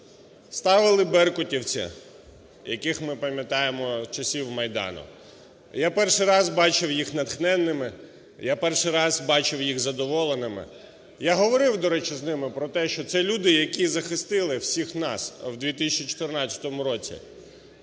Ставили беркутівці, яких ми пам'ятаємо з часів Майдану. Я перший раз бачив їх натхненними, я перший раз бачив їх задоволеними. Я говорив, до речі, з ними про те, що це люди, які захистили всіх нас у 2014 році,